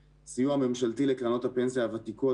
10. סיוע ממשלתי לקרנות הפנסיה הוותיקות